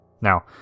Now